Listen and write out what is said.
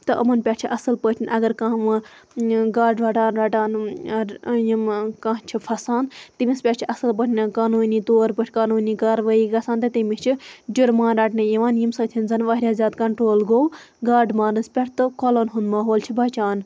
تہٕ یِمن پیٹھ چھ اصل پٲٹھۍ اگر کانٛہہ گاڈٕ واڈٕ رَٹان یِم کانٛہہ چھِ پھسان تٔمِس پیٹھ چھِ اصل پٲٹھۍ قانوٗنی طور پٲٹھۍ قانوٗنی کارٲیی گَژھان تہٕ تٔمس چھِ جُرمانہٕ رَٹنہٕ یِوان ییٚمہِ سۭتۍ زَن واریاہ زیادٕ کَنٹرول گوٚو گاڈٕ مارنَس پیٹھ تہٕ کۄلَن ہُنٛد ماحول چھ بَچان